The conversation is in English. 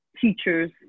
teachers